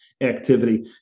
activity